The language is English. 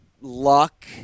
luck